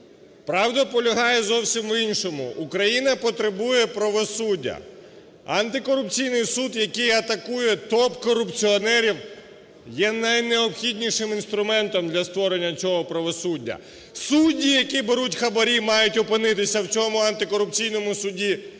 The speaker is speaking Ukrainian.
Правда полягає зовсім в іншому: Україна потребує правосуддя, антикорупційний суд, який атакує топ-корупціонерів є найнеобхіднішим інструментом для створення цього правосуддя. Судді, які беруть хабарі, мають опинитися в цьому антикорупційному суді